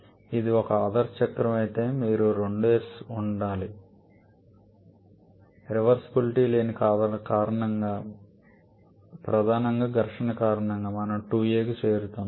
ఇది ఒక ఆదర్శ చక్రం అయితే మీకు 2s ఉండాలి రివర్సీబులిటీ లేని కారణంగా ప్రధానంగా ఘర్షణ కారణంగా మనము 2a కు చేరుకుంటున్నాము